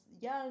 young